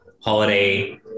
holiday